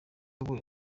wowe